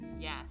Yes